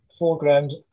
foreground